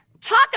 talk